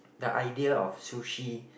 the idea of sushi